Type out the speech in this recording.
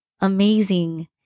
amazing